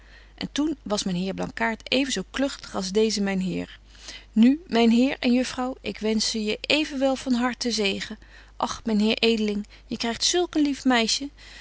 en toen was myn heer blankaart even zo klugtig als deeze myn heer nu myn heer en juffrouw ik wenschje evenwel van harten zegen och myn heer edeling je krygt zulk een lief meisje